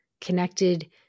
connected